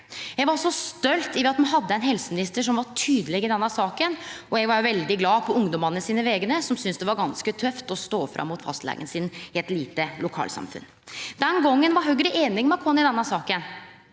Eg var så stolt over at me hadde ein helseminister som var så tydeleg i denne saka, og eg var òg veldig glad på ungdommane sine vegner, som syntest det var ganske tøft å stå fram mot fastlegen sin i eit lite lokalsamfunn. Den gongen var Høgre einig med oss i denne saka